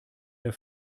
der